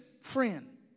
friend